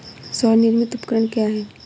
स्वनिर्मित उपकरण क्या है?